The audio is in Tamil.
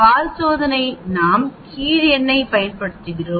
வால் சோதனை நாம் கீழ் எண்ணைப் பயன்படுத்துகிறோம்